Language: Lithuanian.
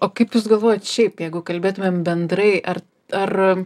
o kaip jūs galvojat šiaip jeigu kalbėtumėm bendrai ar ar